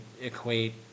equate